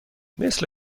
مثل